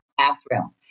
classroom